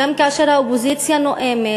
גם כאשר האופוזיציה נואמת,